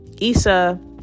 Issa